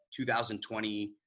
2020